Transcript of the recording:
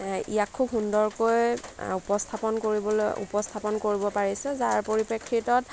ইয়াক খুব সুন্দৰকৈ উপস্থাপন কৰিবলৈ উপস্থাপন কৰিব পাৰিছে যাৰ পৰিপ্ৰেক্ষিতত